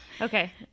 Okay